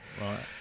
Right